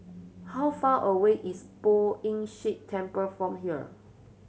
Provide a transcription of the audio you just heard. how far away is Poh Ern Shih Temple from here